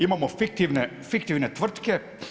Imamo fiktivne tvrtke.